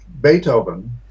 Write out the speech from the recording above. Beethoven